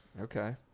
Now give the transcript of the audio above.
okay